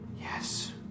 Yes